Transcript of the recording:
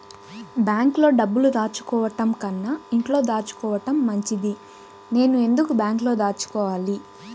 బ్యాంక్లో డబ్బులు దాచుకోవటంకన్నా ఇంట్లో దాచుకోవటం మంచిది నేను ఎందుకు బ్యాంక్లో దాచుకోవాలి?